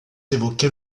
évoqué